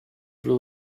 blue